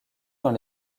dans